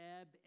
ebb